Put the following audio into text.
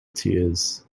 tears